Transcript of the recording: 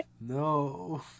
no